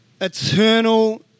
Eternal